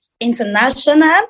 International